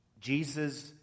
Jesus